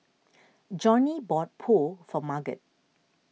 Johnnie bought Pho for Marget